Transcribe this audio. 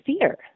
fear